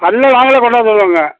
எல்லாம் நாங்களே கொண்டாந்துடுவோங்க